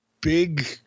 big